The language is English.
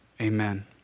amen